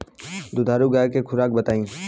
दुधारू गाय के खुराक बताई?